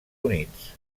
units